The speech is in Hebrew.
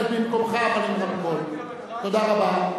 רבה.